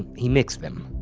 he mixed them.